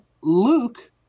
Luke